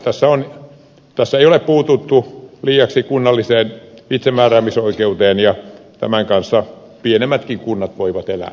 tässä ei ole puututtu liiaksi kunnalliseen itsemääräämisoikeuteen ja tämän kanssa pienemmätkin kunnat voivat elää